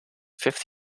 fifth